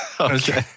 Okay